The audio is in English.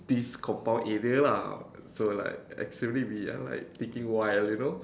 this compound area lah so like actually we are like thinking wild you know